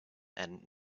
and